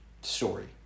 story